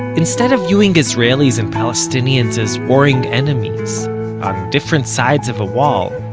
instead of viewing israelis and palestinians as warring enemies, on different sides of a wall,